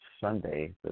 Sunday